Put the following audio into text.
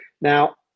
Now